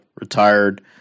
retired